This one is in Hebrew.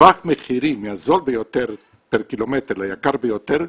טווח מחירים מהזול ביותר פר קילומטר ליקר ביותר,